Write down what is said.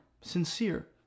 sincere